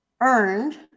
earned